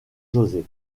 josé